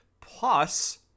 Plus